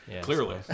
Clearly